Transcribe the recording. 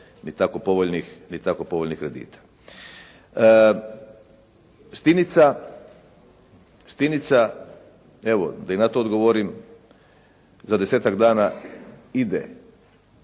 ni tako povoljnih kredita. Stinica, evo da i na to odgovorim. Za desetak dana ide